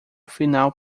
final